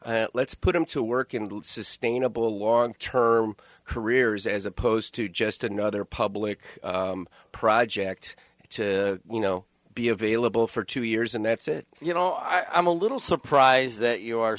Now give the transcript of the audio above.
let's put them to work in sustainable long term careers as opposed to just another public project to you know be available for two years and that's it you know i'm a little surprised that you are